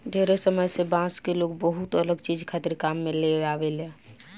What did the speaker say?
ढेरे समय से बांस के लोग बहुते अलग चीज खातिर काम में लेआवेला